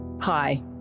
Hi